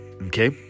okay